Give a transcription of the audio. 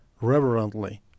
reverently